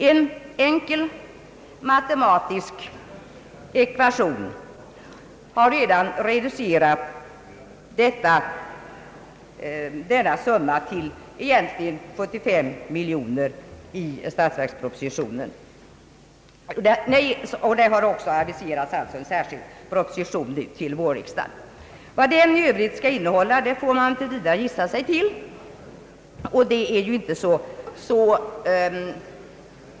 En enkel matematisk ekvation har redan reducerat denna summa till 75 miljoner kronor i statsverkspropositionen. En särskild proposition har aviserats till vårriksdagen. Vad denna i övrigt skall innehålla får man tills vidare gissa sig till.